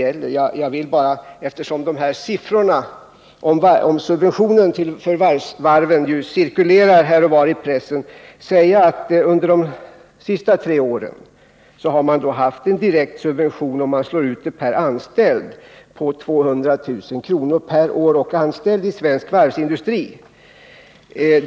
Eftersom det här och var i pressen cirkulerar siffror om subventionerna till varven vill jag säga att under de senaste tre åren har subventionerna uppgått till 200 000 kr. per år och anställd i svensk varvsindustri.